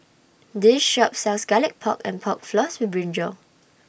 This Shop sells Garlic Pork and Pork Floss with Brinjal